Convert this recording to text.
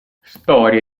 storia